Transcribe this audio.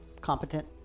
competent